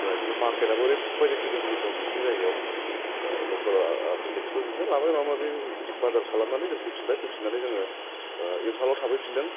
आमफ्राय खिन्थु मार्केथआबो ओरै बायदि गिदिर गिदिर दं बिसिनि जायगायाव लकेल आर्थिपेक्सफोर बिदिनो लाबाय माबा माबि बाजार खालामनानै जों फैफिनबाय फैफिननानै जोङो इम्फालआव थाफै फिन्दों